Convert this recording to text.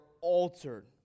altered